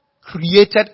created